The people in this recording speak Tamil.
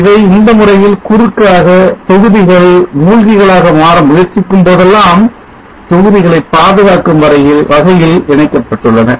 இவை இந்த முறையில் குறுக்காக தொகுதிகள் மூழ்கிகளாக மாற முயற்சிக்கும் போதெல்லாம் தொகுதிகளை பாதுகாக்கும் வகையில் இணைக்கப்பட்டுள்ளன